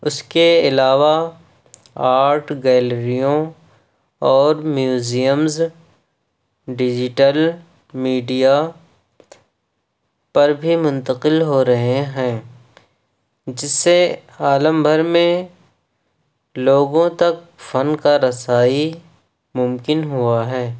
اس کے علاوہ آرٹ گیلریوں اور میوزیمز ڈیجیٹل میڈیا پر بھی منتقل ہو رہے ہیں جس سے عالم بھر میں لوگوں تک فن کا رسائی ممکن ہوا ہے